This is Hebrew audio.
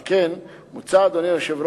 על כן מוצע, אדוני היושב-ראש,